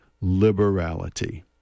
liberality